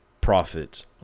profits